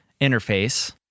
interface